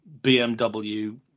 BMW